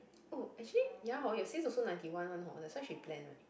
oh actually ya hor your sis also ninety one one hor that's why she plan